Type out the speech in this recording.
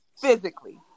physically